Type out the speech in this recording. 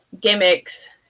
gimmicks